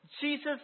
Jesus